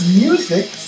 music